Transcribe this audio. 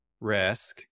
risk